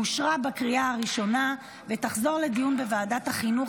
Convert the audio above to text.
אושרה בקריאה הראשונה ותחזור לדיון בוועדת החינוך,